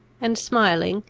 and, smiling,